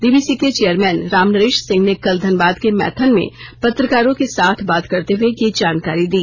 DVC के chairman Ramnaresh Singh ने कल धनबाद के मैथन में पत्रकारों के साथ बात करते हुए यह जानकारी दी